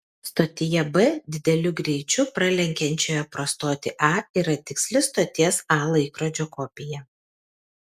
stotyje b dideliu greičiu pralekiančioje pro stotį a yra tiksli stoties a laikrodžio kopija